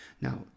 Now